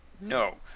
no